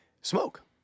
smoke